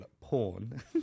porn